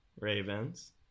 Ravens